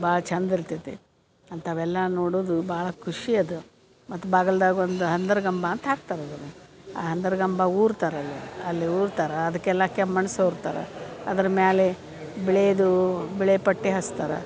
ಭಾಳ ಚಂದ ಇರ್ತೈತಿ ಅಂಥವೆಲ್ಲ ನೋಡುವುದು ಭಾಳ ಖುಷಿ ಅದು ಮತ್ತು ಬಾಗ್ಲ್ದಾಗ ಒಂದು ಹಂದರಗಂಬ ಅಂತ ಹಾಕ್ತಾರೆ ಅದನ್ನು ಆ ಹಂದರಗಂಬ ಊರ್ತಾರಲ್ಲಿ ಅಲ್ಲಿ ಊರ್ತಾರೆ ಅದಕ್ಕೆಲ್ಲ ಕೆಮ್ಮಣ್ಣು ಸವ್ರ್ತಾರೆ ಅದ್ರ ಮೇಲೆ ಬಿಳೀದು ಬಿಳಿ ಪಟ್ಟಿ ಹಚ್ತಾರೆ